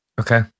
Okay